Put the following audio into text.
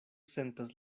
sentas